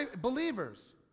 believers